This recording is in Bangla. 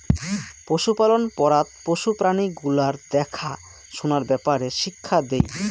পশুপালন পড়াত পশু প্রাণী গুলার দ্যাখা সুনার ব্যাপারে শিক্ষা দেই